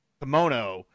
kimono